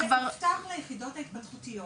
זה כבר הובטח ליחידות ההתפתחותיות.